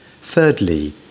Thirdly